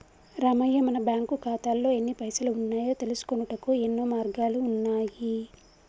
రామయ్య మన బ్యాంకు ఖాతాల్లో ఎన్ని పైసలు ఉన్నాయో తెలుసుకొనుటకు యెన్నో మార్గాలు ఉన్నాయి